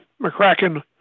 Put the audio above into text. McCracken